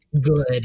Good